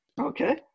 Okay